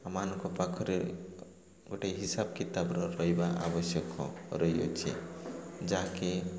ଆମ ମାନଙ୍କ ପାଖରେ ଗୋଟେ ହିସାବ କିତାବର ରହିବା ଆବଶ୍ୟକ ରହିଅଛି ଯାହାକି